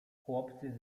chłopcy